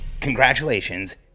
Congratulations